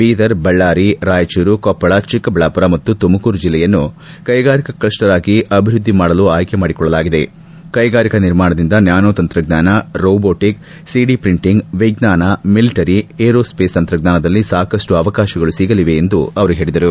ಬೀದರ್ ಬಳ್ಳಾರಿ ರಾಯಚೂರು ಕೊಪ್ಪಳ ಚಿಕ್ಕಬಳ್ಳಾಮರ ಹಾಗೂ ತುಮಕೂರು ಜಿಲ್ಲೆಯನ್ನು ಕೈಗಾರಿಕಾ ಕ್ಲಸ್ಟರ್ ಆಗಿ ಅಭಿವೃದ್ಧಿ ಮಾಡಲು ಆಯ್ಕೆ ಮಾಡಿಕೊಳ್ಳಲಾಗಿದೆ ಕೈಗಾರಿಕಾ ನಿರ್ಮಾಣದಿಂದ ನ್ಯಾನೋ ತಂತ್ರಜ್ಞಾನ ರೋಬೋಟಕ್ ಸಿಡಿ ಪ್ರಿಂಟಿಂಗ್ ವಿಜ್ಞಾನ ಮಿಲಿಟರಿ ಏರೋಸ್ಪೆಸ್ ತಂತ್ರಜ್ಞಾನದಲ್ಲಿ ಸಾಕಷ್ಟು ಅವಕಾಶಗಳು ಸಿಗಲಿವೆ ಎಂದು ಅವರು ಹೇಳಿದರು